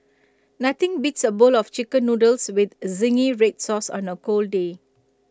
nothing beats A bowl of Chicken Noodles with Zingy Red Sauce on A cold day